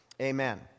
Amen